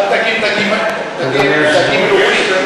שם דגים דגים, בבקשה,